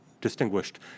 distinguished